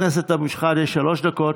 חבר הכנסת אבו שחאדה, שלוש דקות.